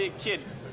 ah kids.